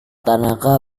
tanaka